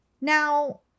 Now